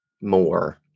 more